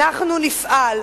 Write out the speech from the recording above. אנחנו נפעל.